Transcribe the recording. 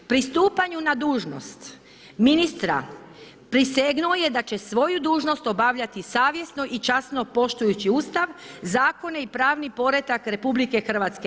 Pristupanju na dužnost ministra prisegnuo je da će svoju dužnost obavljati savjesno i časno poštujući Ustav, zakone i pravni poredak RH.